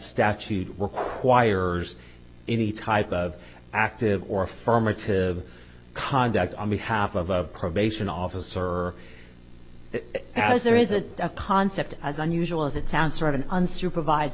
statute requires any type of active or affirmative conduct on behalf of a probation officer as there is a concept as unusual as it sounds right an unsupervised